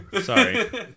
Sorry